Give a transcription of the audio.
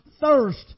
thirst